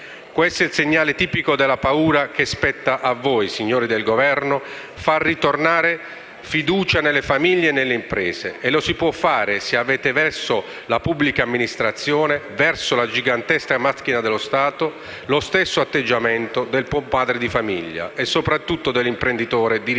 Questo è il segnale tipico della paura e spetta a voi, signori del Governo, far ritornare fiducia nelle famiglie e nelle imprese. E lo si può fare se avrete verso la pubblica amministrazione, verso la gigantesca macchina dello Stato, lo stesso atteggiamento del buon padre di famiglia e soprattutto dell'imprenditore diligente.